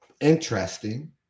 interesting